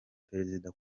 perezida